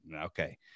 okay